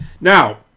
Now